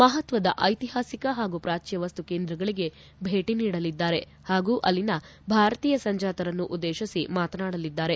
ಮಹತ್ವದ ಐತಿಹಾಸಿಕ ಹಾಗೂ ಪ್ರಾಚ್ಯ ವಸ್ತು ಕೇಂದ್ರಗಳಿಗೆ ಭೇಟ ನೀಡಲಿದ್ದಾರೆ ಹಾಗೂ ಅಲ್ಲಿನ ಭಾರತೀಯ ಸಂಜಾತರನ್ನು ಉದ್ದೇಶಿಸಿ ಮಾತನಾಡಲಿದ್ದಾರೆ